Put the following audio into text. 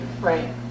Right